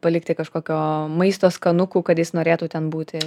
palikti kažkokio maisto skanukų kad jis norėtų ten būti